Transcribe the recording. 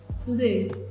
today